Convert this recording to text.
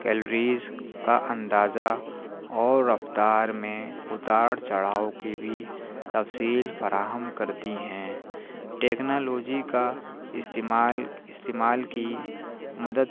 calories کا اندازہ اور رفتار میں اتار چڑھاؤ کی بھی تفصیل فراہم کرتی ہیں ٹیکنالوجی کا استعمال استعمال کی مدد